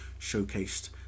showcased